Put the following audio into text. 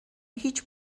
هیچ